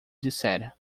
dissera